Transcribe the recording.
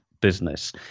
business